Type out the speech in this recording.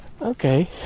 Okay